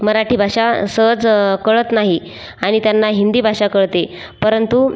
मराठी भाषा सहज कळत नाही आणि त्यांना हिंदी भाषा कळते परंतु